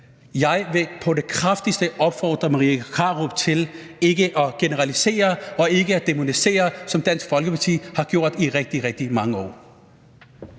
Jeg vil på det kraftigste opfordre Marie Krarup til ikke at generalisere og ikke at dæmonisere, som Dansk Folkeparti har gjort i rigtig, rigtig mange år.